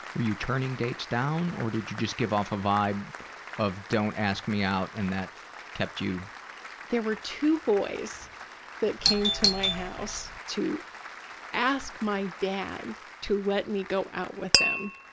were you turning dates down or did you just give off a vibe of don't ask me out and that kept you patricia there were two boys that came to my house to ask my dad to let me go out with them,